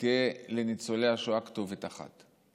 שתהיה לניצולי השואה כתובת אחת.